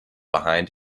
behind